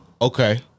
Okay